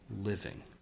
living